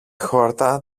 χόρτα